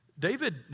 David